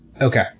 okay